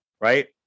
right